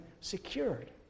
secured